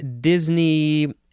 Disney